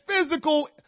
physical